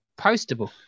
Postable